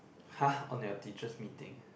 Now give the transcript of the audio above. !huh! on your teacher's meeting